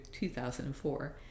2004